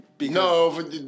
No